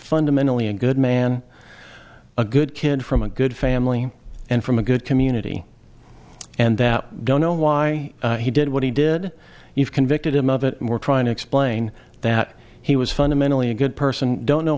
fundamentally a good man a good kid from a good family and from a good community and that i don't know why he did what he did you've convicted him of it more trying to explain that he was fundamentally a good person don't know